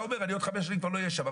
אומר שאתה בעוד חמש שנים כבר לא תהיה שם,